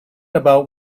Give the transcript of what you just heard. about